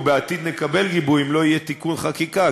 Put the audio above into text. או שבעתיד נקבל גיבוי אם לא יהיה תיקון חקיקה.